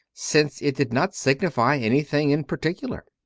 since it did not signify any thing in particular.